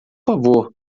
favor